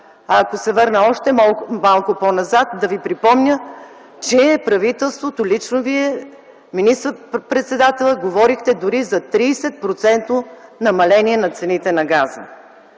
Ако се върна още малко по-назад да Ви припомня, че правителството, лично Вие, министър-председателят, говорихте дори за 30-процентно намаление на цените на газа.